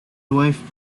wife